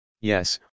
Yes